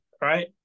right